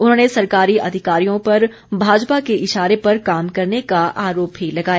उन्होंने सरकारी अधिकारियों पर भाजपा के इशारे पर काम करने का आरोप भी लगाया